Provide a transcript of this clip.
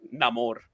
Namor